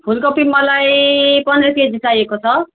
फुलकोपी मलाई पन्ध्र केजी चाहिएको छ